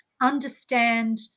understand